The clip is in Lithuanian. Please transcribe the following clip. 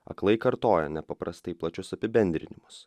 aklai kartoja nepaprastai plačius apibendrinimus